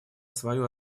свою